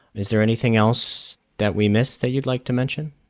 is there anything else that we missed that you'd like to mention?